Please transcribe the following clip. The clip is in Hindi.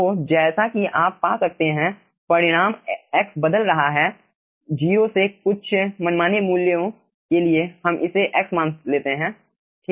तो जैसा कि आप पा सकते हैं परिणाम x बदल रहा है 0 से कुछ मनमाने मूल्यों के लिए हम इसे x मान लेते हैं ठीक हैं